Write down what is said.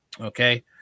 okay